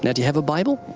yeah do you have a bible?